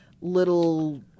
little